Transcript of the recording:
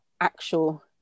actual